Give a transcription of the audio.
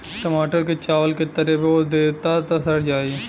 टमाटर क चावल के तरे बो देबा त सड़ जाई